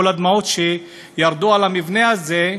כל הדמעות שירדו על המבנה הזה,